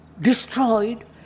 destroyed